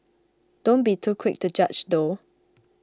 don't be too quick to judge though